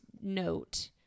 note